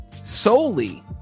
solely